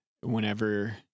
whenever